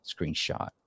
screenshot